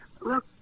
Look